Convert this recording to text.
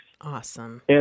Awesome